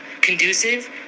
conducive